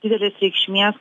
didelės reikšmės